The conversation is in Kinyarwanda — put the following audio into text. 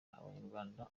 abanyarwanda